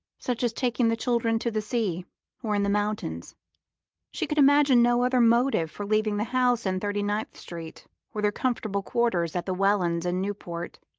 such as taking the children to the sea or in the mountains she could imagine no other motive for leaving the house in thirty-ninth street or their comfortable quarters at the wellands' in newport.